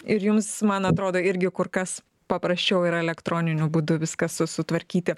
ir jums man atrodo irgi kur kas paprasčiau yra elektroniniu būdu viską su sutvarkyti